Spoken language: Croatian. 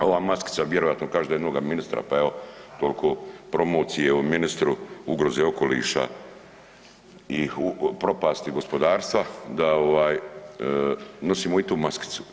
Ova maskica vjerojatno kaže za jednoga ministra, pa evo toliko promocije o ministru, ugroze okoliša i propasti gospodarstva da nosimo i tu maskicu.